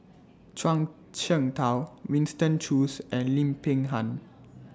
Zhuang Shengtao Winston Choos and Lim Peng Han